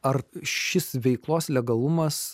ar šis veiklos legalumas